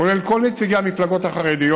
כולל גם כל נציגי המפלגות החרדיות,